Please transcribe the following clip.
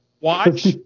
watch